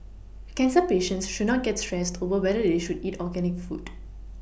cancer patients should not get stressed over whether they should eat organic food